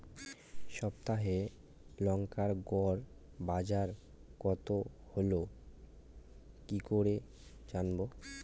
সপ্তাহে লংকার গড় বাজার কতো হলো কীকরে জানবো?